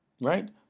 Right